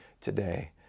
today